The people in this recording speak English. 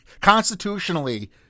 Constitutionally